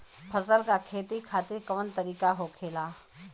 फसल का खेती खातिर कवन तरीका होखेला?